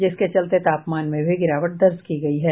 जिसके चलते तापमान में भी गिरावट दर्ज की गयी है